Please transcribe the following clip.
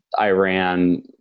Iran